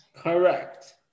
Correct